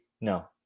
no